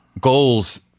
goals